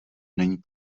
není